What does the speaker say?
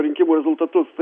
rinkimų rezultatus tai